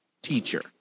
teacher